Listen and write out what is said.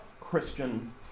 Christian